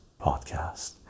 podcast